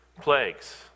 plagues